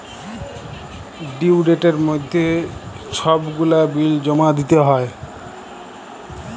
due ডেটের মইধ্যে ছব গুলা বিল জমা দিতে হ্যয়